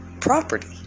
property